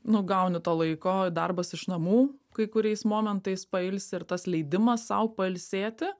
nu gauni to laiko darbas iš namų kai kuriais momentais pailsi ir tas leidimas sau pailsėti